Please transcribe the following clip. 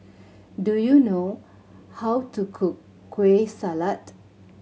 do you know how to cook Kueh Salat